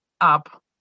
up